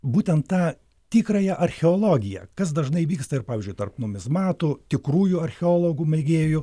būtent tą tikrąją archeologiją kas dažnai vyksta ir pavyzdžiui tarp numizmatų tikrųjų archeologų mėgėjų